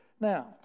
Now